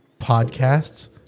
podcasts